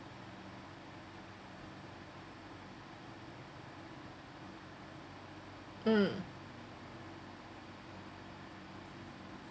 mm